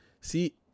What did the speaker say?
See